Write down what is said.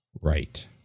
Right